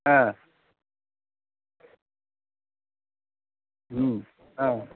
হ্যাঁ হুম হ্যাঁ